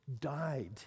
died